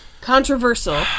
controversial